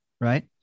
right